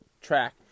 track